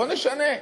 בואו נשנה.